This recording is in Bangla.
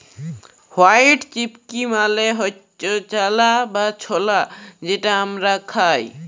হয়াইট চিকপি মালে হচ্যে চালা বা ছলা যেটা হামরা খাই